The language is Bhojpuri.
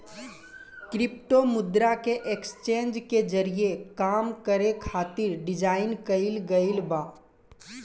क्रिप्टो मुद्रा के एक्सचेंज के जरिए काम करे खातिर डिजाइन कईल गईल बा